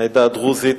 העדה הדרוזית,